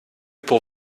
pour